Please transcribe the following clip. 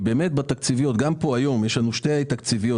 היום יש לנו שתי העברות תקציביות,